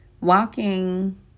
Walking